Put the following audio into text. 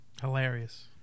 hilarious